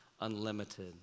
unlimited